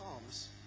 comes